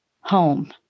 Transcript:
home